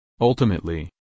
Ultimately